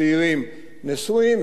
צעירים נשואים,